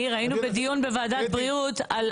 היינו בדיון בוועדת בריאות על